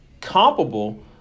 comparable